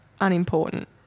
unimportant